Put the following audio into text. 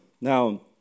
Now